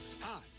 Hi